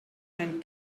mijn